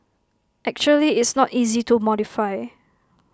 actually it's not easy to modify